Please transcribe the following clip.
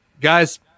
Guys